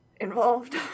involved